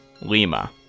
Lima